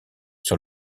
sur